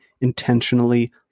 intentionally